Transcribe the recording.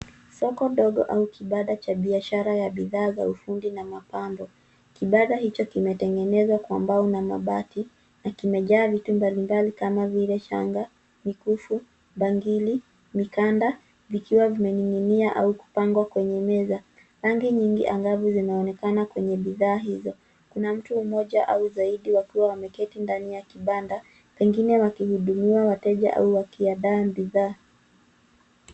Soko ndogo au kibanda cha biashara za ufundi au mapambo. Kibanda hicho kimetengenezwa kwa mbao na mabati, na kimejaa vitu mbalimbali kama vile shanga, mikufu, bangili, mikanda, zikiwa zimening'inia au kupangwa kwenye meza. Rangi nyingi ambavyo vinaonekana kwenye bidhaa hizo. Kuna mtu mmoja au zaidi wakiwa wameketi ndani kibanda, pengine wakihudumia wateja au wakiandaa bidhaa.